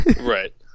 Right